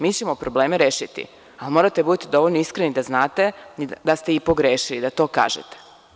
Mi ćemo probleme rešiti, ali morate da budete dovoljno iskreni da znate da ste i pogrešili, da to kažete.